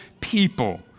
people